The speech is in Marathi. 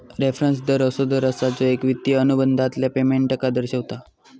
रेफरंस दर असो दर असा जो एक वित्तिय अनुबंधातल्या पेमेंटका दर्शवता